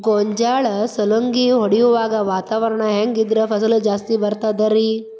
ಗೋಂಜಾಳ ಸುಲಂಗಿ ಹೊಡೆಯುವಾಗ ವಾತಾವರಣ ಹೆಂಗ್ ಇದ್ದರ ಫಸಲು ಜಾಸ್ತಿ ಬರತದ ರಿ?